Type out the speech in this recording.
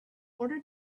order